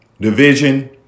division